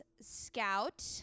scout